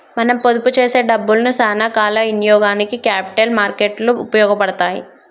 మనం పొదుపు చేసే డబ్బులను సానా కాల ఇనియోగానికి క్యాపిటల్ మార్కెట్ లు ఉపయోగపడతాయి